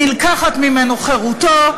נלקחת ממנו חירותו,